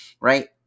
right